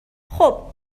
خوب